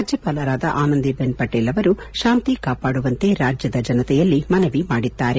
ರಾಜ್ಞಪಾಲರಾದ ಆನಂದಿ ಬೆನ್ ಪಟೇಲ್ ಅವರು ಶಾಂತಿ ಕಾಪಾಡುವಂತೆ ರಾಜ್ಞದ ಜನತೆಯಲ್ಲಿ ಮನವಿ ಮಾಡಿದ್ದಾರೆ